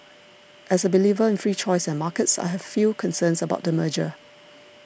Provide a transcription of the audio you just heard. as a believer in free choice and markets I have few concerns about the merger